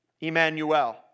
Emmanuel